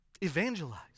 Evangelize